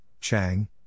Chang